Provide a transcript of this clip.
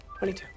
22